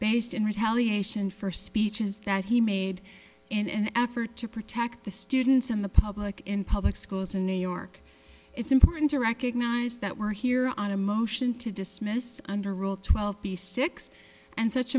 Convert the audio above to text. based in retaliation for speeches that he made in an effort to protect the students in the public in public schools in new york it's important to recognize that we're here on a motion to dismiss under rule twelve b six and such